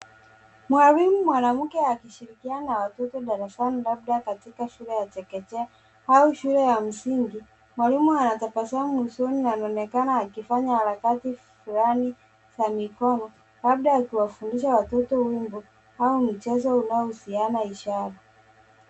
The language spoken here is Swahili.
Mwalimu mwanamke akishirikiana na watoto darasani labda katika shule ya chekechea au shule ya msingi. Mwalimu anatabasamu usoni na anaonekana akifanya harakati fulani za mikono labda akiwafundisha watoto wimbo au mchezo unaohusiana na ishara.